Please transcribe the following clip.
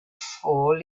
four